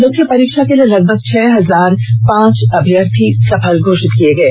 मुख्य परीक्षा के लिए लगभग छह हजार पांच अभ्यर्थी सफल घोषित किए गए हैं